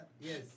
Yes